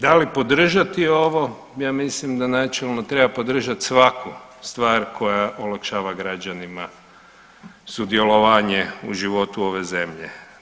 Da li podržati ovo ja mislim da načelno treba podržati svaku stvar koja olakšava građanima sudjelovanje u životu ove zemlje.